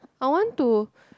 I want to